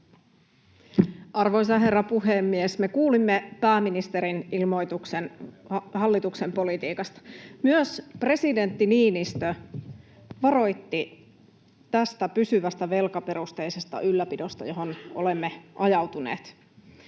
Arvoisa herra puhemies! Me kuulimme pääministerin ilmoituksen hallituksen politiikasta. Myös presidentti Niinistö varoitti tästä pysyvästä velkaperusteisesta ylläpidosta, johon olemme ajautuneet.